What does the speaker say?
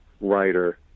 writer